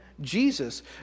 Jesus